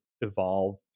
evolve